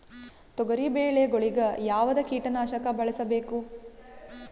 ತೊಗರಿಬೇಳೆ ಗೊಳಿಗ ಯಾವದ ಕೀಟನಾಶಕ ಬಳಸಬೇಕು?